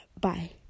bye